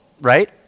right